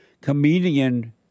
comedian